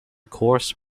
course